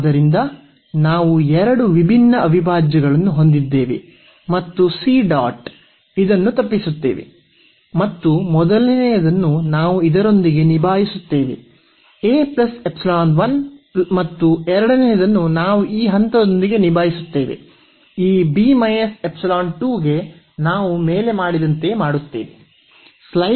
ಆದ್ದರಿಂದ ನಾವು ಎರಡು ವಿಭಿನ್ನ ಅವಿಭಾಜ್ಯಗಳನ್ನು ಹೊಂದಿದ್ದೇವೆ ಮತ್ತು c dot ಇದನ್ನು ತಪ್ಪಿಸುತ್ತೇವೆ ಮತ್ತು ಮೊದಲನೆಯದನ್ನು ನಾವು ಇದರೊಂದಿಗೆ ನಿಭಾಯಿಸುತ್ತೇವೆ ಮತ್ತು ಎರಡನೆಯದನ್ನು ನಾವು ಈ ಹಂತದೊಂದಿಗೆ ನಿಭಾಯಿಸುತ್ತೇವೆ ಈ ಗೆ ನಾವು ಮೇಲೆ ಮಾಡಿದಂತೆಯೇ ಮಾಡುತ್ತೇವೆ